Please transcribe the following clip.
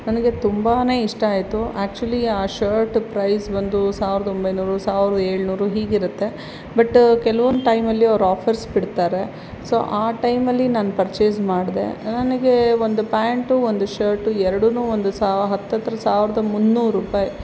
ನನಗೆ ತುಂಬಾ ಇಷ್ಟ ಆಯಿತು ಆ್ಯಕ್ಚುಲಿ ಆ ಶರ್ಟ್ ಪ್ರೈಸ್ ಬಂದು ಸಾವಿರದೊಂಬೈನೂರು ಸಾವಿರದೇಳ್ನೂರು ಹೀಗಿರುತ್ತೆ ಬಟ್ ಕೆಲವೊಂದು ಟೈಮಲ್ಲಿ ಅವರು ಆಫರ್ಸ್ ಬಿಡ್ತಾರೆ ಸೊ ಆ ಟೈಮಲ್ಲಿ ನಾನು ಪರ್ಚೇಸ್ ಮಾಡಿದೆ ನನಗೆ ಒಂದು ಪ್ಯಾಂಟು ಒಂದು ಶರ್ಟು ಎರಡು ಒಂದು ಸಹ ಹತ್ತು ಹತ್ತಿರ ಸಾವಿರದ ಮುನ್ನೂರು ರೂಪಾಯಿ